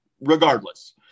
regardless